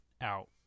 out